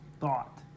thought